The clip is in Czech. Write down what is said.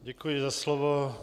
Děkuji za slovo.